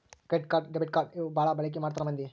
credit card debit card ಇವು ಬಾಳ ಬಳಿಕಿ ಮಾಡ್ತಾರ ಮಂದಿ